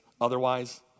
Otherwise